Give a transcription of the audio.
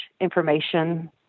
information